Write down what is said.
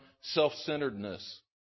self-centeredness